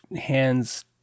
hands